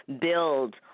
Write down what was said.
build